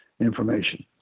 information